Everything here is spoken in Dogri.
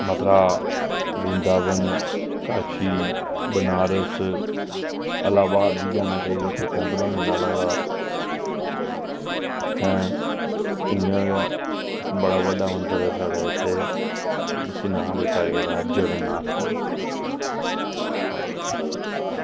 मथुरा वृंदावन काशी बनारस इलाहाबाद बी जाना चाहिदा उत्थें कुंभ दा मेला लगदा ऐं इंया गै बड़ा बड्डा मंदर ऐ उत्थें जिसी नांऽ दित्ता गेदा जगननाथ पुरी